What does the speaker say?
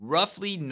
Roughly